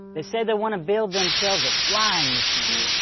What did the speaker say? they say they wanna build themselves a flying machine.